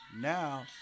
now